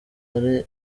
hari